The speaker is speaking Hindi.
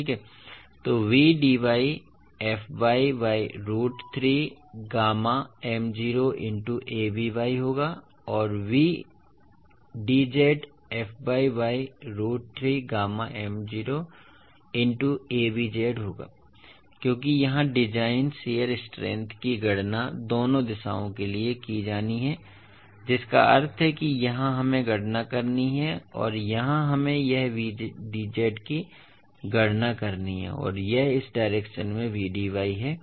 तो Vdy fy by root 3 gamma m0 into Avy होगा और Vdz fy by root 3 gamma m0 into Avz होगा क्योंकि यहां डिज़ाइन शीयर स्ट्रेंथ की गणना दोनों दिशाओं के लिए की जानी है जिसका अर्थ है कि यहां हमें गणना करनी है और यहां हमें यह Vdz की गणना करनी है और यह इस डायरेक्शन में Vdy है ठीक है